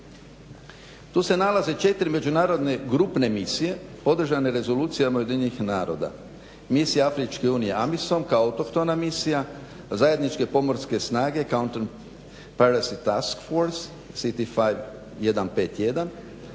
Tu se nalaze 4 međunarodne grupne misije podržane rezolucijama UN-a. Misija Afričke unije Ambison kao autohtona misija, zajedničke pomorske snage Counter parasite task force City 5151